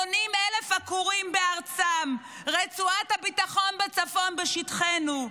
80,000 עקורים בארצם, רצועת הביטחון בצפון בשטחנו,